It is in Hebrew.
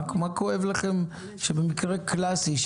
מה כואב לכם שבמקרה קלאסי,